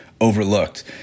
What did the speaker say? overlooked